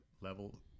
level –